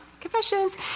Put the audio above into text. confessions